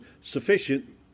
sufficient